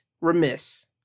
remiss